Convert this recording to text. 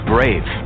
Brave